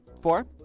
Four